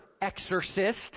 Exorcist